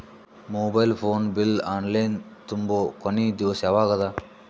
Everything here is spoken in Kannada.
Mobile phone bill online ತುಂಬೊ ಕೊನಿ ದಿವಸ ಯಾವಗದ?